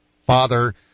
father